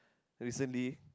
recently